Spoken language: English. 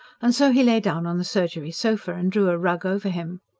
and so he lay down on the surgery sofa, and drew a rug over him.